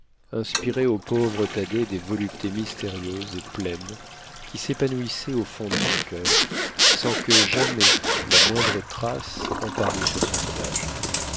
inspirait au pauvre thaddée des voluptés mystérieuses et pleines qui s'épanouissaient au fond de son coeur sans que jamais la moindre trace en parût sur son visage